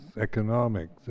economics